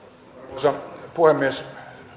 arvoisa puhemies